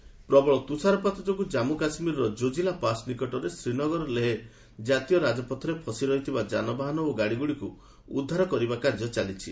JK rescue ପ୍ରବଳ ତୁଷାରପାତ ଯୋଗୁଁ ଜାମ୍ମୁ କାଶ୍କୀରର ଜୋଜିଲା ପାସ୍ ନିକଟରେ ଶ୍ରୀନଗର ଲେହ ଜାତୀୟ ରାଜପଥରେ ଫସି ରହିଥିବା ଜାନବାହନ ଓ ଗାଡ଼ିଗୁଡ଼ିକୁ ଉଦ୍ଧାର କରିବା କାର୍ଯ୍ୟ ଚାଲିଛି